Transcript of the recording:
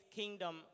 kingdom